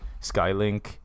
Skylink